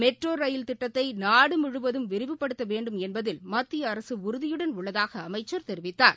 metro rail திட்டத்தைநாடுமுழுவதும் விரிவுபடுத்தவேண்டும் என்பதில் மத்திய அரக்உறுதியுடன் உள்ளதாகஅமைச்சர் தெரிவித்தார்